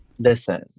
Listen